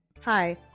hi